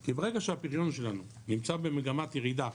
כי ברגע שהפריון שלנו נמצא במגמת ירידה